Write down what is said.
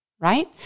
right